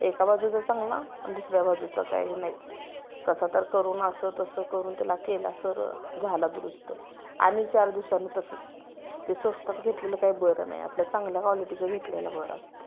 एका बाजूचा चांगला आणि दुसऱ्या बाजूचा काही नाहीच कसा तर करून असं तसं करून त्याला केला सरळ झाला दुरुस्त आणि चार दिवसानं तसंच ते स्वस्तात घेतलेलं काही बरं नाही आपलं चांगल्या क्वालिटीचं घेतलेलं बरं असतंय